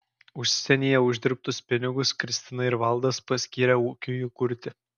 užsienyje uždirbtus pinigus kristina ir valdas paskyrė ūkiui įkurti